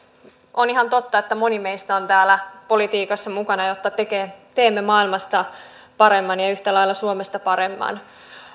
on ihan totta että moni meistä on täällä politiikassa mukana jotta teemme maailmasta paremman ja yhtä lailla suomesta paremman